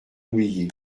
oublié